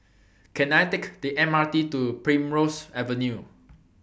Can I Take The M R T to Primrose Avenue